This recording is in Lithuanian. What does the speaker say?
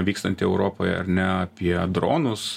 vykstantį europoje ar ne apie dronus